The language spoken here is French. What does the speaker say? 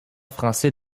français